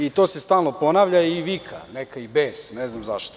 I to se stalno ponavlja i neka vika i bes, ne znam zašto.